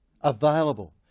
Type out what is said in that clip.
available